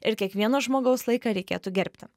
ir kiekvieno žmogaus laiką reikėtų gerbti